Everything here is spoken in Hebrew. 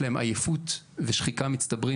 יש להם גם עייפות ושחיקה מצטברים,